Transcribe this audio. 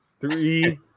Three